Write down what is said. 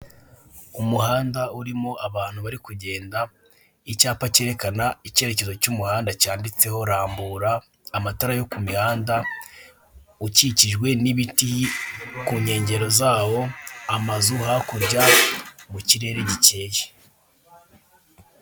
Umuhanda urimo abantu bari kugenda, icyapa kerekana ikerekezo cy'umuhanda cyanditseho rambura, amatara yo kumuhanda ukikijwe n'ibiti ku nkengero zawo ,amazu hakurya mukirere gikeye.